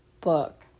book